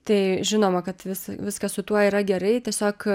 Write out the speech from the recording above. tai žinoma kad vis viskas su tuo yra gerai tiesiog